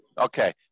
okay